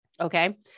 Okay